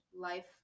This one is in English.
Life